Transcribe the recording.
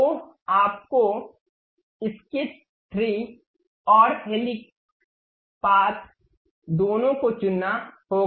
तो आपको स्केच 3 और हेलिक्स पथ दोनों को चुनना होगा